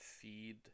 feed